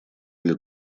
для